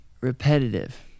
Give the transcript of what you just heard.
repetitive